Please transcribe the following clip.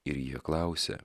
ir jie klausė